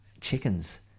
chickens